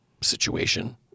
situation